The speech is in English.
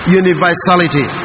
universality